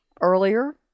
earlier